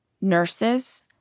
nurses